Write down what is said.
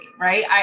right